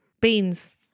beans